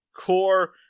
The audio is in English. core